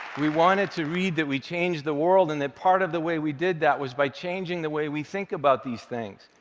we want it to read that we changed the world, and that part of the way we did that was by changing the way we think about these things.